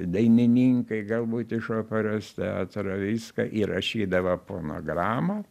dainininkai galbūt iš operos teatro viską įrašydavo fonogramą